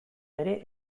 ere